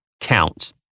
counts